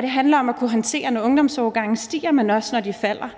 det handler om at kunne håndtere det, når ungdomsårgange stiger, men også når de falder.